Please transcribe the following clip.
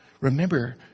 remember